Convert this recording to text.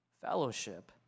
fellowship